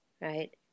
right